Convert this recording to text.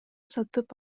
сатып